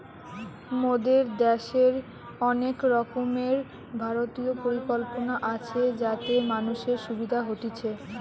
মোদের দ্যাশের অনেক রকমের ভারতীয় পরিকল্পনা আছে যাতে মানুষের সুবিধা হতিছে